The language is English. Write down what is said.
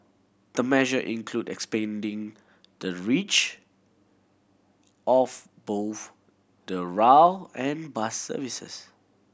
the measure include expanding the reach of both the rail and bus services